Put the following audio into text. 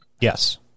Yes